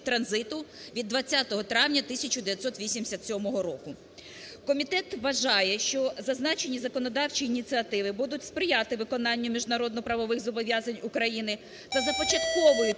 транзиту від 20 травня 1987 року. Комітет вважає, що зазначені законодавчі ініціативи будуть сприяти виконанню міжнародно-правових зобов'язань України та започатковують